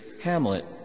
Hamlet